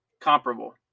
comparable